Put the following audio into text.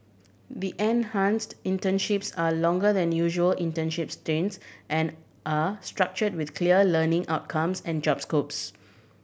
the enhanced internships are longer than usual internship stints and are structured with clear learning outcomes and job scopes